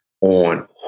on